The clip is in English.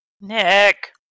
Nick